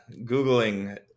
Googling